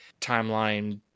timeline